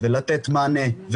ולתת מענה,